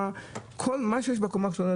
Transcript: כל מה שיש בקומה כשרה,